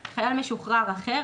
"...(ג) חייל משוחרר אחר,